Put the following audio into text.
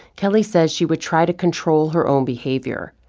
kelly says she would try to control her own behavior.